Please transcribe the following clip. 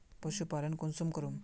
पशुपालन कुंसम करूम?